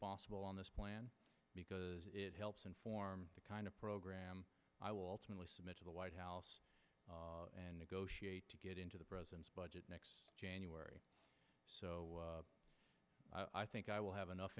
possible on this plan because it helps inform the kind of program i will ultimately submit to the white house and negotiate to get into the president's budget next january so i think i will have enough